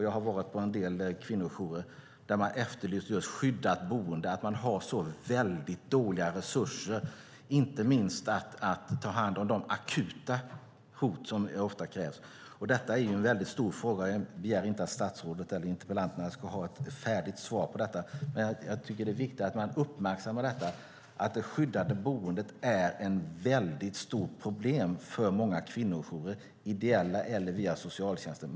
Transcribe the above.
Jag har varit på en del kvinnojourer där man har efterlyst just skyddat boende. Man har väldigt dåliga resurser, inte minst när det gäller att ta hand om de akuta hoten. Detta är en stor fråga. Jag begär inte att statsrådet eller interpellanterna ska ha ett färdigt svar. Men jag tycker att det är viktigt att man uppmärksammar att det skyddade boendet är ett stort problem för många kvinnojourer, ideella eller via socialtjänsten.